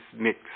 mix